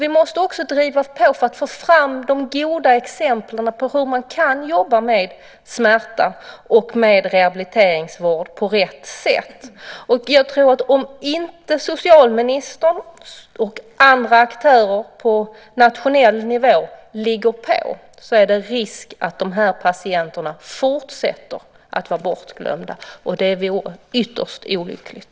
Vi måste också driva på för att få fram de goda exemplen på hur man kan jobba med smärta och med rehabiliteringsvård på rätt sätt. Om socialministern och andra aktörer på nationell nivå inte ligger på är det en risk att de här patienterna fortsätter att vara bortglömda. Det vore ytterst olyckligt.